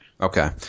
Okay